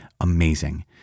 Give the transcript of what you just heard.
amazing